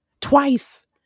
Twice